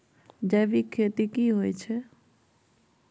जैविक खेती की होए छै?